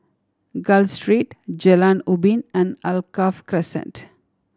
Gul Street Jalan Ubin and Alkaff Crescent